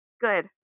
good